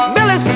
Billy